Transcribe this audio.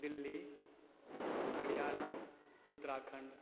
Delhi Haryana Uttarakhand